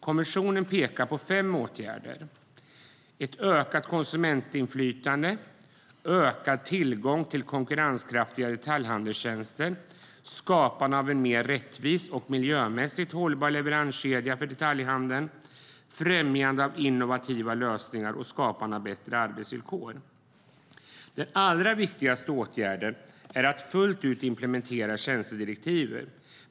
Kommissionen pekar på fem åtgärder: ökat konsumentinflytande, ökad tillgång till konkurrenskraftiga detaljhandelstjänster, skapande av en mer rättvis och miljömässigt hållbar leveranskedja för detaljhandeln, främjande av innovativa lösningar och skapande av bättre arbetsvillkor. Den allra viktigaste åtgärden är att fullt ut införa tjänstedirektivet.